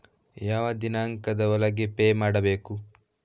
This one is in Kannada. ಯಾವ ದಿನಾಂಕದ ಒಳಗೆ ಪೇ ಮಾಡಬೇಕು?